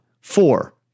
Four